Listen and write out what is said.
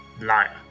Liar